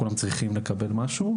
כולם צריכים לקבל משהו,